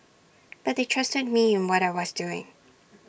but they trusted me in what I was doing